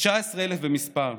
כ-19,000 במספר.